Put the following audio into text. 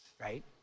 right